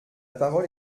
parole